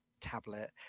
tablet